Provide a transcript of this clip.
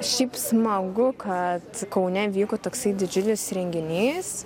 šiaip smagu kad kaune vyko toksai didžiulis renginys